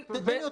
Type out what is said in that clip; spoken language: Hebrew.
ילדים.